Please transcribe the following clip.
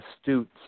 astute